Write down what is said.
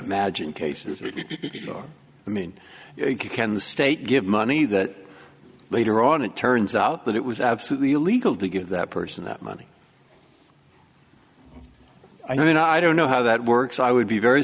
imagine cases that are i mean you can the state give money that later on it turns out that it was absolutely illegal to give that person that money i mean i don't know how that works i would be very